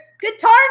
guitar